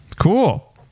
Cool